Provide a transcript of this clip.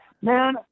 Man